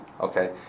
okay